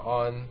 on